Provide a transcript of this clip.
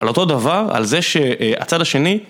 על אותו דבר, על זה שהצד השני